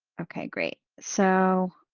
okay, great. so,